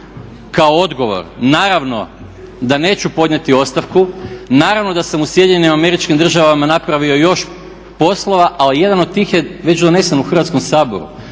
kao odgovor, naravno da neću podnijeti ostavku. Naravno da sam u Sjedinjenim Američkim Državama napravio još poslova a jedan od tih je već donesen u Hrvatskom saboru.